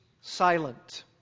silent